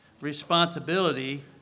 responsibility